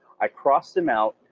i crossed them out,